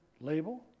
label